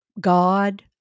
God